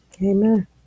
Amen